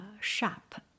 sharp